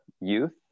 youth